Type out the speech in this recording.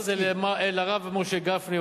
להעביר את זה לרב משה גפני,